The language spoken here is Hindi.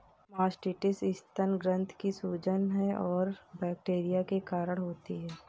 मास्टिटिस स्तन ग्रंथि की सूजन है और बैक्टीरिया के कारण होती है